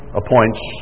appoints